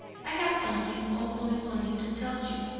i have something awfully funny to tell you.